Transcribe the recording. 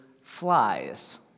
flies